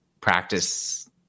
practice